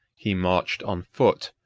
he marched on foot,